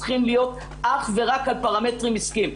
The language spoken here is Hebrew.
צריכים להיות אך ורק על פרמטרים עסקיים.